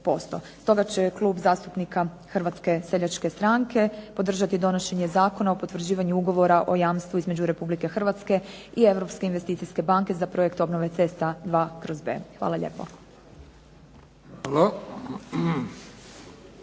Stoga će Klub zastupnika Hrvatske seljačke stranke podržati donošenje Zakona o potvrđivanju Ugovora o jamstvu između Republike Hrvatske i Europske investicijske banke za projekt obnove cesta II/B. Hvala lijepo.